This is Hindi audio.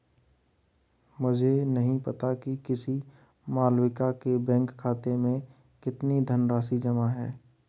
मुझे नही पता कि किसी मालविका के बैंक खाते में कितनी धनराशि जमा है